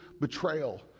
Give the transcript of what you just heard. betrayal